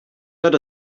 that